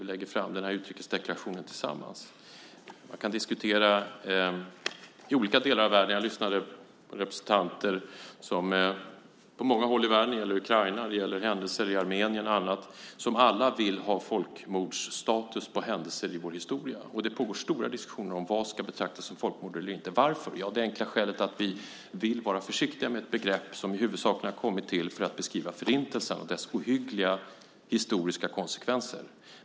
Vi lägger fram den här utrikesdeklarationen tillsammans. Man kan diskutera olika delar av världen. Jag har lyssnat på representanter från många håll i världen, det gäller Ukraina, händelser i Armenien och annat, som alla vill ha folkmordsstatus på händelser i vår historia. Det pågår stora diskussioner om vad som ska betraktas som folkmord. Varför? Ja, av det enkla skälet att vi vill vara försiktiga med ett begrepp som huvudsakligen har kommit till för att beskriva Förintelsen och dess ohyggliga historiska konsekvenser.